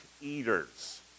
eaters